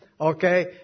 Okay